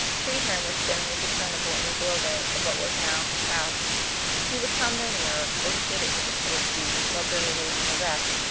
treherne was dimly discernible in the doorway of what was now his house he would come no nearer, for he hated such a public duty more bitterly than the rest.